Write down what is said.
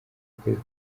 kwezi